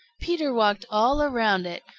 peter walked all around it,